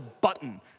button